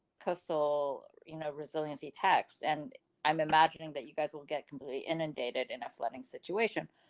console you know resiliency text and i'm imagining that you guys will get completely inundated and a flooding situation.